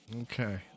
Okay